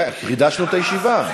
כן, חידשנו את הישיבה.